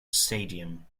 stadium